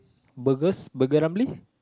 burgers burger Ramly